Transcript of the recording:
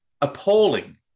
appalling